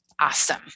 awesome